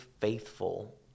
faithful